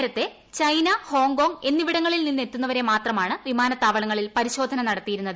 നേരത്തെ China Hong Kong എന്നിവ്പിടങ്ങളി്ൽ നിന്നെത്തുന്നവരെ മാത്രമാണ് വിമാനത്താവളങ്ങളിൽ പരീശോധന നടത്തിയിരുന്നത്